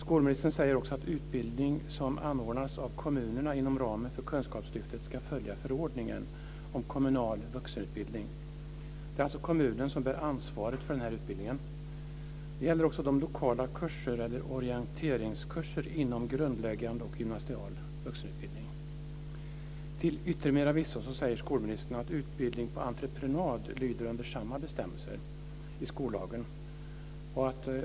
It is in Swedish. Skolministern säger också "att utbildning som anordnas av kommunerna inom ramen för Kunskapslyftet ska följa förordningen om kommunal vuxenutbildning". Det är alltså kommunen som bär ansvaret för den här utbildningen. Det gäller också de lokala kurser eller orienteringskurser inom grundläggande och gymnasial vuxenutbildning. Till yttermera visso säger skolministern att utbildning på entreprenad lyder under samma bestämmelser i skollagen.